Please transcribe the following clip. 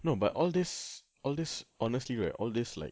no but all these all these honestly right all these like